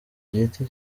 giti